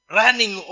running